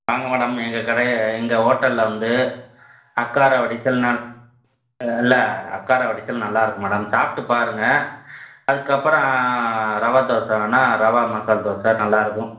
வாங்க மேடம் எங்கள் கடையை எங்கள் ஹோட்டலில் வந்து அக்காரவடிசல் நல் இல்லை அக்காரவடிசல் நல்லாயிருக்கும் மேடம் சாப்பிட்டுப் பாருங்கள் அதுக்கப்புறம் ரவா தோசை வேணுன்னா ரவா மசால் தோசை நல்லாயிருக்கும்